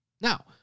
Now